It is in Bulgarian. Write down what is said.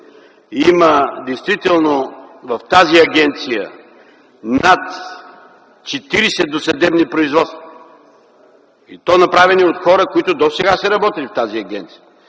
Действително, в агенцията има над 40 досъдебни производства и то направени от хора, които досега са работили в тази агенция.